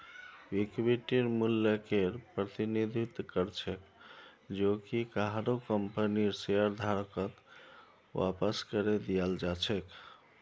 इक्विटीर मूल्यकेर प्रतिनिधित्व कर छेक जो कि काहरो कंपनीर शेयरधारकत वापस करे दियाल् जा छेक